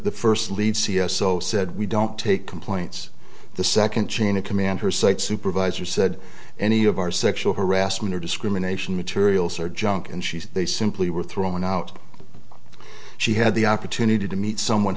the first lead c s o said we don't take complaints the second chain of command her site supervisor said any of our sexual harassment or discrimination materials are junk and she's they simply were thrown out she had the opportunity to meet someone